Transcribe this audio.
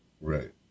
Right